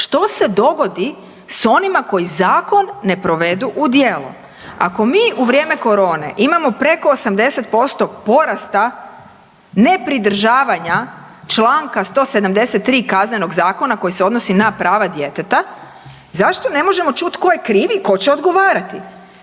Što se dogodi sa onima koji zakon ne provedu u djelo? Ako mi u vrijeme corone imamo preko 80% porasta ne pridržavanja članka 173. Kaznenog zakona koji se odnosi na prava djeteta zašto ne možemo čuti tko je kriv i tko će odgovarati.